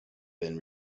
been